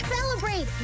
celebrate